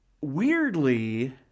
Weirdly